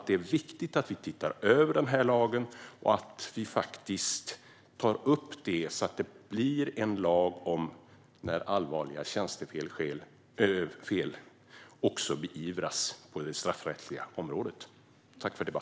Det är viktigt att vi tittar över lagen och att vi tar upp det så att det blir en lag så att allvarliga tjänstefel, när de sker, också beivras på det straffrättsliga området.